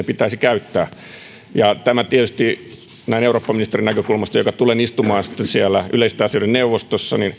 pitäisi a kerätä ja b käyttää tämä tietysti näin eurooppaministerin näkökulmasta joka tulen istumaan siellä yleisten asioiden neuvostossa